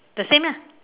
the same ah